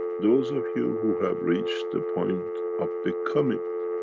those of you, who have reached the point of becoming